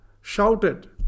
shouted